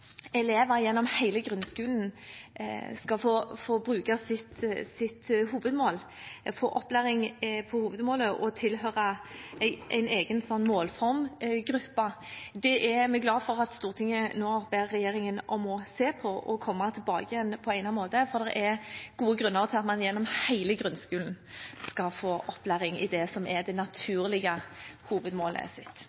elever gjennom hele grunnskolen skal få bruke sitt hovedmål, få opplæring på hovedmålet og tilhøre en egen målformgruppe, er vi glad for at Stortinget nå ber regjeringen om å se på og komme tilbake med på egnet måte, for det er gode grunner til at man gjennom hele grunnskolen skal få opplæring i det